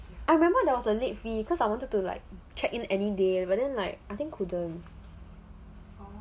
I remember there was a late fee because I wanted to like check in any day but then like I think couldn't